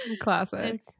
Classic